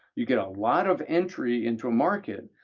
you get a lot of entry into a market,